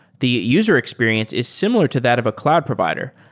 the user experience is similar to that of a cloud provider,